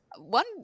One